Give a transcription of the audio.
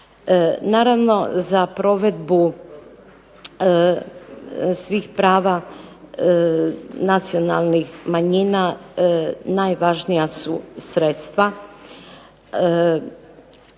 Naravno za provedbu svih prava nacionalnih manjina najvažnija su sredstva,